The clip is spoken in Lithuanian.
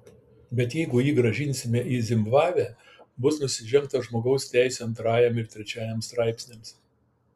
bet jeigu jį grąžinsime į zimbabvę bus nusižengta žmogaus teisių antrajam ir trečiajam straipsniams